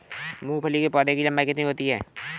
मूंगफली के पौधे की लंबाई कितनी होती है?